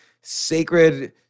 sacred